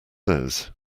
says